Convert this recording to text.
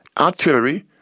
artillery